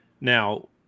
Now